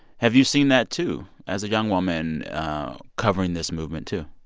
have you seen that too, as a young woman covering this movement, too?